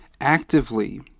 actively